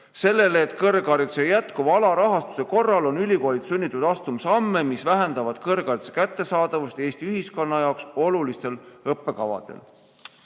sellele, et kõrghariduse jätkuva alarahastuse korral on ülikoolid sunnitud astuma samme, mis vähendavad kõrghariduse kättesaadavust Eesti ühiskonna jaoks olulistel õppekavadel.